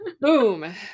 Boom